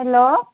hello